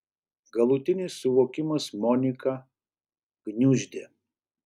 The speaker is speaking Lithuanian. galutinis suvokimas moniką gniuždė